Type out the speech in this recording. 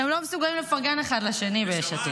הם לא מסוגלים לפרגן אחד לשני ביש עתיד.